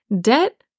debt